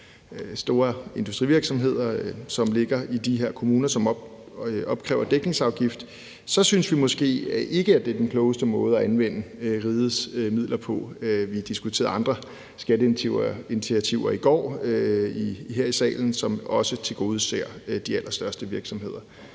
store industrivirksomheder, som ligger i de kommuner, som opkræver en dækningsafgift – så synes vi måske ikke, det er den klogeste måde at anvende rigets midler på. Vi har her i salen i går diskuteret andre skatteinitiativer, som også tilgodeser de allerstørste virksomheder,